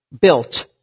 built